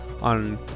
on